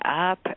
up